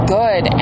good